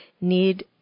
need